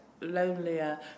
lonelier